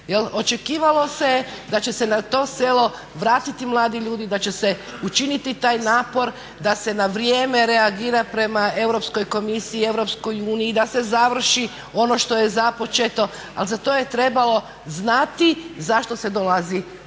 sela očekivalo se je da će se na to selo vratiti mladi ljudi, da će se učiniti taj napor da se na vrijeme reagira prema Europskoj komisiji i EU da se završi ono što je započeto ali za to je trebalo znati zašto se dolazi